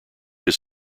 his